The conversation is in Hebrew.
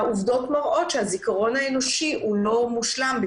העובדות מראות שהזיכרון האנושי אינו מושלם.